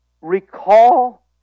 Recall